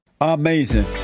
Amazing